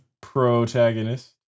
protagonist